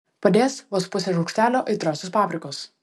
padės vos pusė šaukštelio aitriosios paprikos